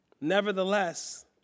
nevertheless